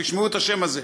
תשמעו את השם הזה,